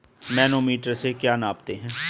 Manometer से क्या नापते हैं?